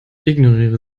ignoriere